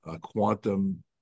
quantum